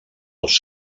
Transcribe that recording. els